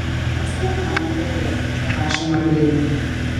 atsitūpk man ant peties paprašė marlinė